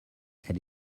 elles